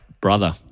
brother